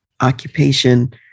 occupation